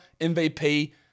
MVP